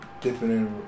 different